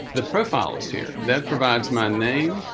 the profile is here that provides my name,